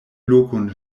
lokon